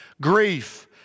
grief